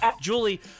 Julie